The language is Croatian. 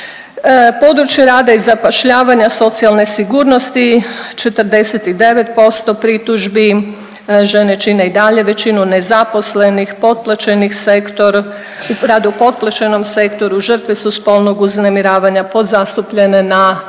Područje rada i zapošljavanja, socijalne nesigurnosti, 49% pritužbi, žene čine i dalje većinu nezaposlenih, potplaćeni sektor, rad u potplaćenom sektoru, žrtve su spolnog uznemiravanja, podzastupljene na